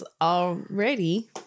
already